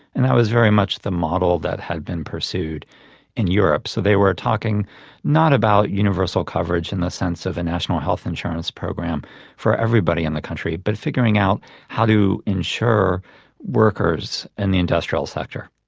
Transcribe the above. and that was very much the model that had been pursued in europe, so they were talking not about universal coverage in the sense of a national health insurance program for everybody in the country, but figuring out how to insure workers in the industrial sector.